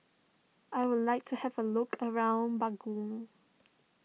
I would like to have a look around Bangui